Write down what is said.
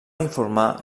informar